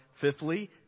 fifthly